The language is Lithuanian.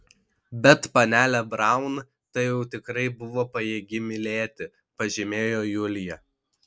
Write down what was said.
bet panelė braun tai jau tikrai buvo pajėgi mylėti pažymėjo julija